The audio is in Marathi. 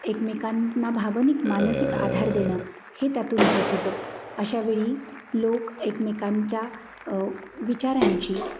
एकमेकांना भावनिक मानसिक आधार देणं हे त्यातून होत होतं अशावेळी लोक एकमेकांच्या विचारांची